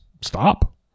stop